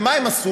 ומה הם עשו?